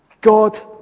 God